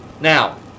Now